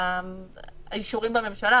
האישורים בממשלה,